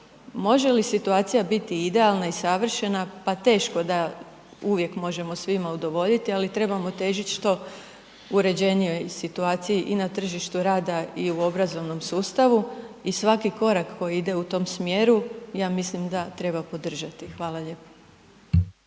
Može li situacija biti idealna i savršena? Pa teško da uvijek možemo svima udovoljiti, ali trebamo težiti što uređenijoj situaciji i na tržištu rada i u obrazovnom sustavu i svaki korak koji ide u tom smjeru ja mislim da treba podržati. Hvala lijepo.